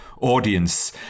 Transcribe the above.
audience